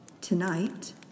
Tonight